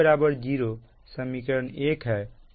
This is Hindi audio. Ib 0 समीकरण 1 है